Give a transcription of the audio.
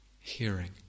hearing